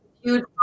huge